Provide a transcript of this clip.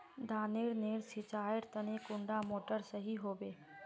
धानेर नेर सिंचाईर तने कुंडा मोटर सही होबे?